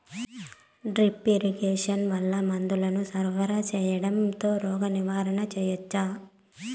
Drip irrigation వల్ల మందులను సరఫరా సేయడం తో రోగ నివారణ చేయవచ్చా?